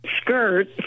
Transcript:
Skirt